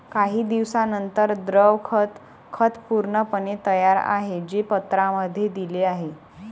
काही दिवसांनंतर, द्रव खत खत पूर्णपणे तयार आहे, जे पत्रांमध्ये दिले आहे